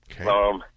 Okay